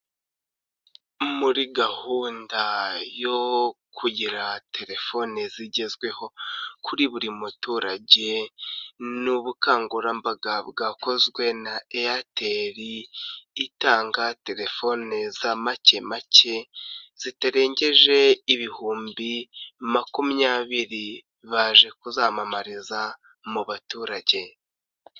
Muri gahunda yo kugira telefone zigezweho kuri buri muturage ni ubukangurambaga bwakozwe na eyateli itanga telefone za make make, zitarengeje ibihumbi makumyabiri baje ku kuzamamariza mu baturage.